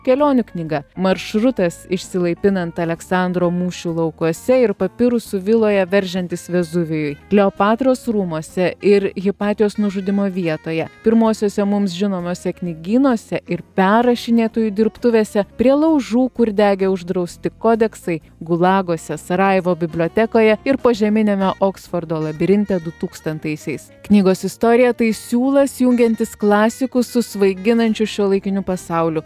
kelionių knyga maršrutas išsilaipinant aleksandro mūšių laukuose ir papirusų viloje veržiantis vezuvijui kleopatros rūmuose ir hipatijos nužudymo vietoje pirmosiose mums žinomose knygynuose ir perrašinėtojų dirbtuvėse prie laužų kur degė uždrausti kodeksai gulaguose sarajevo bibliotekoje ir požeminiame oksfordo labirinte du tūkstantaisiais knygos istorija tai siūlas jungiantis klasikus su svaiginančiu šiuolaikiniu pasauliu